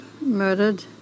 murdered